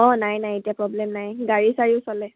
অঁ নাই নাই এতিয়া প্ৰব্লেম নাই গাড়ী চাৰিও চলে